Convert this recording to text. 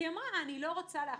כי אמרה: אני לא רוצה להכעיס.